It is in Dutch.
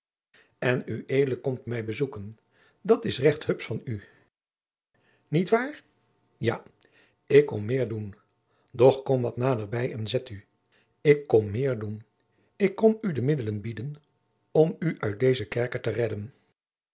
en ued komt mij bezoeken dat is recht hupsch van u niet waar ja ik kom meer doen doch jacob van lennep de pleegzoon kom wat naderbij en zet u ik kom meer doen ik kom u de middelen bieden om u uit dezen kerker te redden